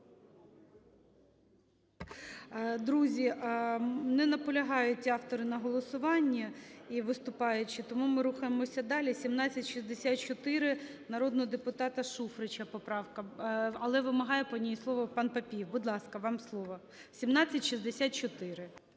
Друзі, не наполягають автори на голосуванні і виступаючі, тому ми рухаємося далі. 1764 – народного депутата Шуфрича поправка, але вимагає по ній слово пан Папієв. Будь ласка, вам слово. 1764.